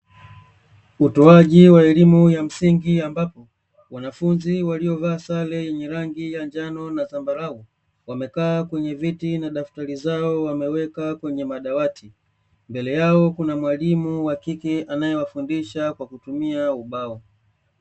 Utowaji wa elimu ya msingi, ambapo wanafunzi waliovaa sare ya dhambarau na njano wamekaa kwenye viti na daftari zao wameweka kwenye madawati, mbele yao kuna mwalimu wa kike anaye wafundisha kwa kutumia ubao.